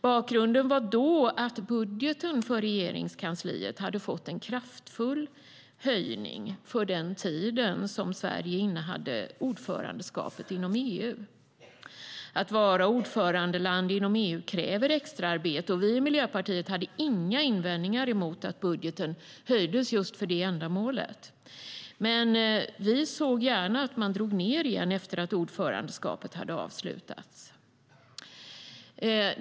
Bakgrunden var då att budgeten för Regeringskansliet hade fått en kraftfull höjning under den tid då Sverige innehade ordförandeskapet inom EU.Att vara ordförandeland inom EU kräver extraarbete, och vi i Miljöpartiet hade inga invändningar mot att budgeten höjdes för det ändamålet. Men vi såg gärna att man drog ned igen efter det att ordförandeskapet hade avslutats.